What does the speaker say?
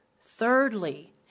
Thirdly